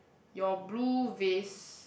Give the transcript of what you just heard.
your blue vase